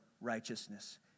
righteousness